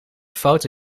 foto